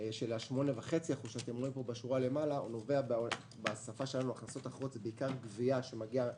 של ה-8.5% שאתם רואים פה בשורה למעלה נובע בעיקר מגבייה שמגיעה